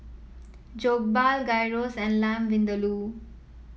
Jokbal Gyros and Lamb Vindaloo